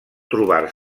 trobar